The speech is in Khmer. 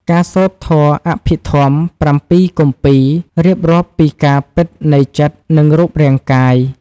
ការសូត្រធម៌អភិធម្ម ៧ គម្ពីរ រៀបរាប់ពីការពិតនៃចិត្ត និងរូបរាងកាយ។